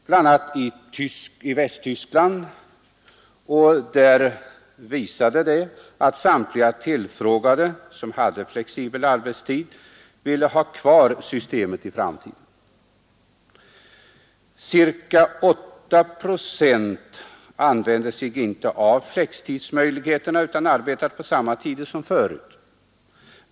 En undersökning i Västtyskland visade att samtliga tillfrågade, som hade flexibel arbetstid, ville ha kvar systemet i framtiden. Ca 8 procent använde sig inte av flextidsmöjligheten utan arbetade på samma tider som förut.